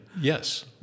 Yes